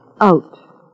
Out